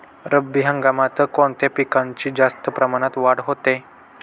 रब्बी हंगामात कोणत्या पिकांची जास्त प्रमाणात वाढ होते?